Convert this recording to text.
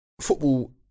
football